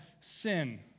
sin